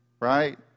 Right